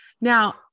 Now